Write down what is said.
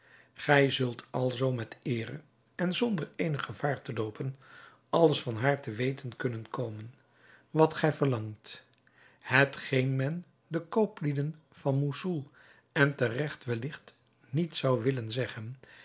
gij zult alzoo met eere en zonder eenig gevaar te loopen alles van haar te weten kunnen komen wat gij verlangt hetgeen men den kooplieden van moussoul en te regt welligt niet zou willen zeggen